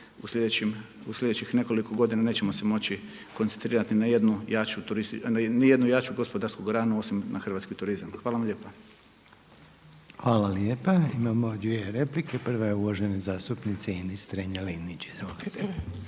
u slijedećih nekoliko godina nećemo se moći koncentrirati na jednu jaču turističku, na jednu jaču gospodarsku granu osim na hrvatski turizam. Hvala vam lijepa. **Reiner, Željko (HDZ)** Hvala lijepa. Imamo dvije replike. Prava je uvažene zastupnice Ines Strenja-Linić.